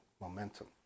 momentum